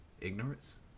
ignorance